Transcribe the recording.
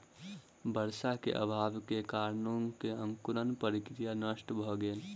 वर्षाक अभावक कारणेँ अंकुरण प्रक्रिया नष्ट भ गेल